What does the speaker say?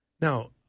Now